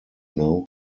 know